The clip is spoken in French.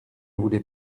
voulais